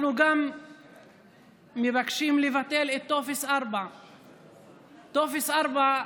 אנחנו גם מבקשים לבטל את טופס 4. טופס 4,